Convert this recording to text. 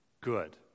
good